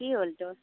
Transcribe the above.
কি হ'ল তোৰ